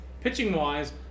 pitching-wise